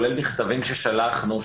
כולל מכתבים ששלחנו,